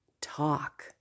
talk